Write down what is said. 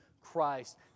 Christ